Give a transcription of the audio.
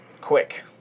quick